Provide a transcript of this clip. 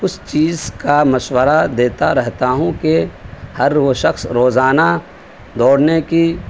اس چیز کا مشورہ دیتا رہتا ہوں کہ ہر وہ شخص روزانہ دوڑنے کی